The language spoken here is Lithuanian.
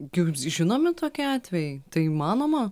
jums žinomi tokie atvejai tai įmanoma